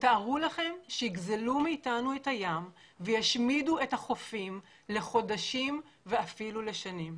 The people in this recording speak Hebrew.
תתארו לכם שיגזלו מאתנו את הים וישמידו את החופים לחודשים ואפילו לשנים.